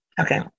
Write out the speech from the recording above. Okay